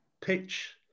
pitch